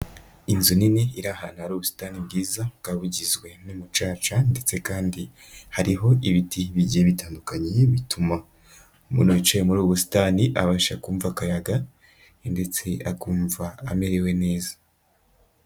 Inzu nini iri ahantu hari ubusitani bwiza, bukaba bugizwe n'umucaca ndetse kandi hariho ibiti bigiye bitandukanye, bituma umuntu yicaye muri ubu busitani abasha kumva akayaga ndetse akumva amerewe neza.